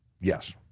Yes